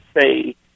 say